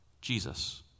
Jesus